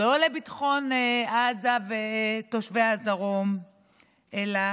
לא לביטחון עזה ותושבי הדרום אלא